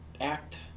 act